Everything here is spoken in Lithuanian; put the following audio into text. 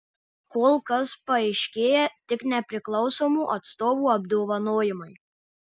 kol kas paaiškėję tik nepriklausomų atstovų apdovanojimai